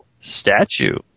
Statue